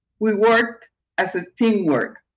we worked as a teamwork.